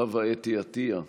חוה אתי עטייה,